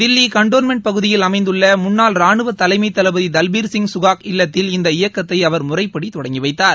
Delhi cantonment பகுதியில் அமைந்துள்ள முன்னாள் ரானுவத்தலைமை தளபதி தல்பீர்சிங் கஹாக் இல்லத்தில் இந்த இயக்கத்தை அவர் முறைப்படி தொடங்கி வைத்தார்